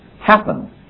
happen